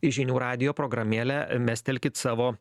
į žinių radijo programėlę mestelkit savo